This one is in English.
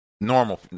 normal